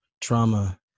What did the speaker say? trauma